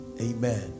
Amen